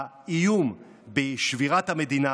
האיום בשבירת המדינה,